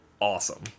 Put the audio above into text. awesome